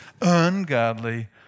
ungodly